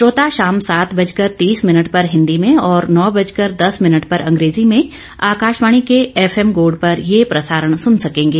श्रोता शाम सात बजकर तीस भिनट पर हिंदी में और नौ बजकर दस मिनट पर अंग्रेजी में आकाशवाणी के एफ एम गोल्ड पर यह प्रसारण सुन सकेंगे